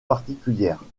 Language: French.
particulières